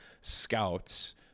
scouts